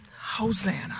Hosanna